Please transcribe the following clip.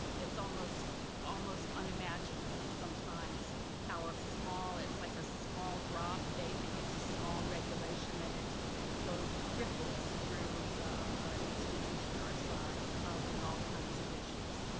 it's almost almost unimaginable sometimes how a small it's like a small drop. they think it's a small regulation and it goes ripples through and institution our size causing all kinds of issues.